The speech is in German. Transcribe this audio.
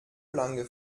lange